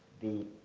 the,